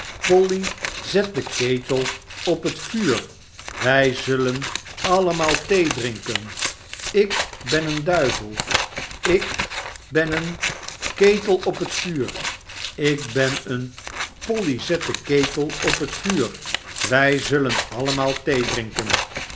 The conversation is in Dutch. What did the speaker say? polly zet de ketel op het vuur wij zullen allemaal thee drinken ik ben een duivel ik ben een ketel op het vuur ik ben een polly zet de ketel op het vuur wij zullen allemaal thee drinken